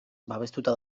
babestuta